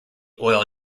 oil